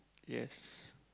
yes